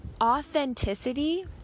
Authenticity